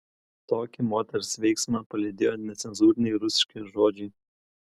tokį moters veiksmą palydėjo necenzūriniai rusiški žodžiai